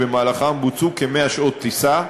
ובמהלכם בוצעו כ-100 שעות טיסה.